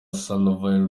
salivary